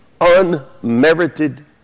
unmerited